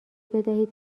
بدهید